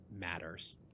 matters